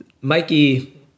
Mikey